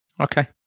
Okay